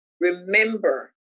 remember